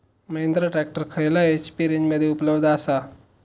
Mahindra tractor खयल्या HP रेंजमध्ये उपलब्ध आसा?